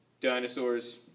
dinosaurs